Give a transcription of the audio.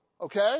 Okay